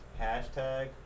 Hashtag